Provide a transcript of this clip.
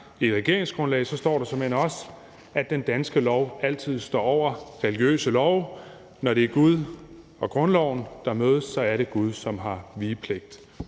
i et regeringsgrundlag står der såmænd også, at den danske lov altid står over religiøse love. Når det er Gud og grundloven, der mødes, er det Gud, som har vigepligt.